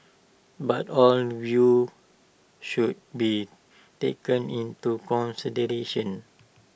but all views should be taken into consideration